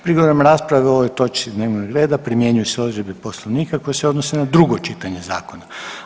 Prigodom rasprave o ovoj točci dnevnog reda primjenjuju se odredbe Poslovnika koje se odnose na drugo čitanje zakona.